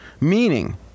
Meaning